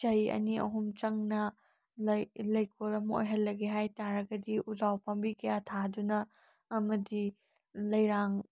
ꯆꯍꯤ ꯑꯅꯤ ꯑꯍꯨꯝ ꯆꯪꯅ ꯂꯩ ꯂꯩꯀꯣꯜ ꯑꯃ ꯑꯣꯏꯍꯜꯂꯒꯦ ꯍꯥꯏ ꯇꯥꯔꯒꯗꯤ ꯎꯖꯥꯎ ꯄꯥꯝꯕꯤ ꯀꯌꯥ ꯊꯥꯗꯨꯅ ꯑꯃꯗꯤ ꯂꯩꯔꯥꯡ